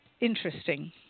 interesting